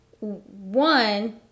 one